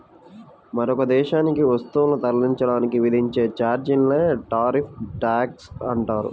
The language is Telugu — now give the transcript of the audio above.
మరొక దేశానికి వస్తువులను తరలించడానికి విధించే ఛార్జీలనే టారిఫ్ ట్యాక్స్ అంటారు